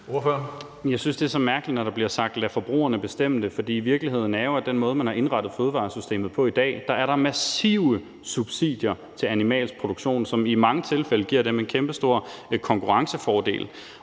Jeg synes, det er så mærkeligt, når der bliver sagt: Lad forbrugerne bestemme det. For virkeligheden er jo, at på den måde, man har indrettet fødevaresystemet på i dag, er der massive subsidier til animalsk produktion, som i mange tilfælde giver dem en kæmpestor konkurrencefordel.